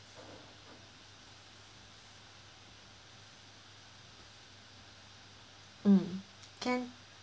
mm can